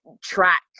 track